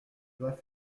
dois